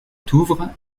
touvre